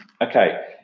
Okay